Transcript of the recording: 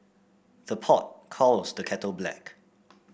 the pot calls the kettle black